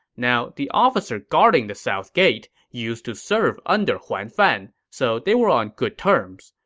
now, the officer guarding the south gate used to serve under huan fan, so they were on good terms.